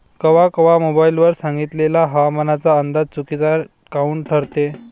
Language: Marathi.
कवा कवा मोबाईल वर सांगितलेला हवामानाचा अंदाज चुकीचा काऊन ठरते?